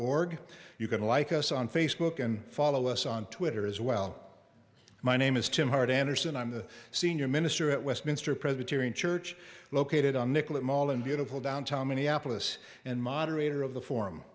org you can like us on facebook and follow us on twitter as well my name is tim howard anderson i'm the senior minister at westminster presbyterian church located on nicollet mall in beautiful downtown minneapolis and moderator of the forum